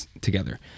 together